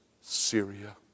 Syria